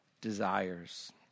desires